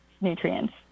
nutrients